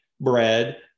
bread